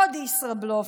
עוד ישראבלוף.